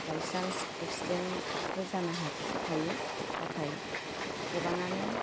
by chance एकस्टेनबो जानो हागौ हायो नाथाय गोबाङानो